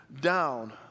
down